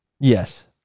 Yes